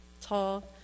tall